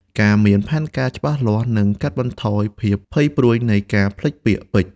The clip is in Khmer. ការមានផែនការច្បាស់លាស់នឹងកាត់បន្ថយភាពភ័យព្រួយនៃការភ្លេចពាក្យពេចន៍។